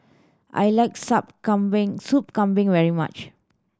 I like Sup Kambing Soup Kambing very much